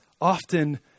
often